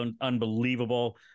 unbelievable